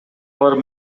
алар